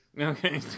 Okay